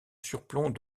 surplomb